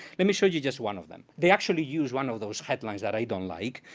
let me show you just one of them. they actually use one of those headlines that i don't like.